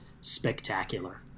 Spectacular